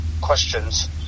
questions